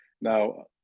Now